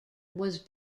was